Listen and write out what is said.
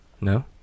No